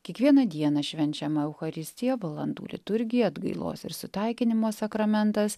kiekvieną dieną švenčiama eucharistija valandų liturgija atgailos ir sutaikinimo sakramentas